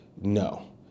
no